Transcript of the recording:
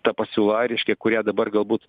ta pasiūla reiškia kurią dabar galbūt